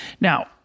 Now